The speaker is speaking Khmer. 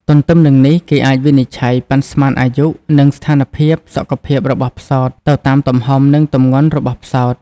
ទន្ទឹមនឹងនេះគេអាចវិនិឆ័យ ប៉ាន់ស្មានអាយុ និងស្ថានភាពសុខភាពរបស់ផ្សោតទៅតាម ទំហំ និងទម្ងន់របស់ផ្សោត។